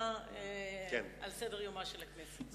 נרשמה על סדר-יומה של הכנסת.